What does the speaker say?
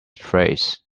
phrase